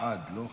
עד, לא חייבת.